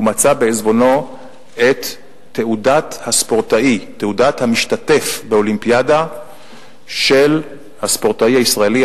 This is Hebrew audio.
את תעודת המשתתף באולימפיאדה של הספורטאי הישראלי,